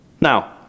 Now